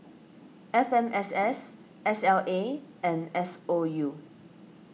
F M S S S L A and S O U